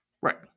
right